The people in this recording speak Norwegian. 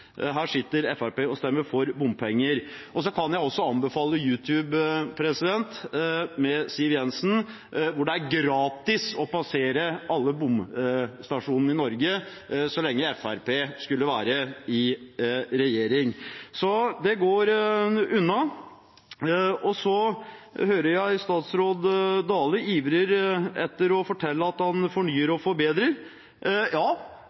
Her sitter Fremskrittspartiet og stemmer for bompenger. Jeg kan også anbefale en YouTube-video med Siv Jensen, om at det skulle være gratis å passere alle bomstasjonene i Norge så lenge Fremskrittspartiet var i regjering. Så det går unna. Jeg hører statsråd Dale ivre etter å fortelle at han fornyer og forbedrer. Ja,